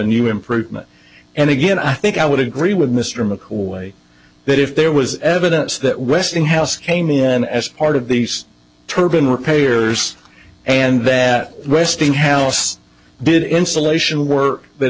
new improvement and again i think i would agree with mr mccoy that if there was evidence that westinghouse came in as part of these turban repairs and that westinghouse did insulation work